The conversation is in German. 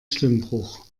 stimmbruch